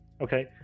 Okay